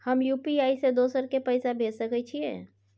हम यु.पी.आई से दोसर के पैसा भेज सके छीयै?